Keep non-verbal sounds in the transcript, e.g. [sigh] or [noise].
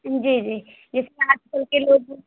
जी जी ये [unintelligible]